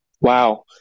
Wow